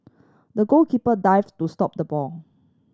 the goalkeeper dived to stop the ball